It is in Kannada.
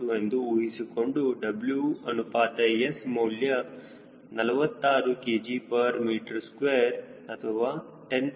2 ಎಂದು ಊಹಿಸಿಕೊಂಡು W ಅನುಪಾತ S ಮೌಲ್ಯ 46 kgm2ಅಥವಾ 10